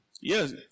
Yes